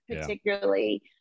particularly